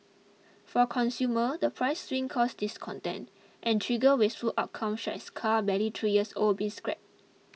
for consumer the price swings cause discontent and trigger wasteful outcomes such as car barely three years old being scrapped